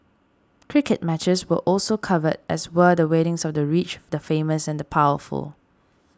cricket matches were also covered as were the weddings of the rich the famous and the powerful